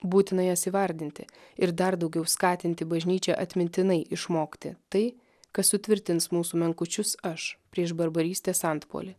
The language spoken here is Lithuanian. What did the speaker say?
būtina jas įvardinti ir dar daugiau skatinti bažnyčią atmintinai išmokti tai kas sutvirtins mūsų menkučius aš prieš barbarystės antpuolį